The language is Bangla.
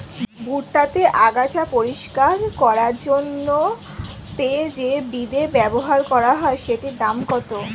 ভুট্টা তে আগাছা পরিষ্কার করার জন্য তে যে বিদে ব্যবহার করা হয় সেটির দাম কত?